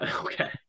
Okay